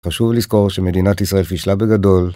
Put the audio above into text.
חשוב לזכור שמדינת ישראל פישלה בגדול.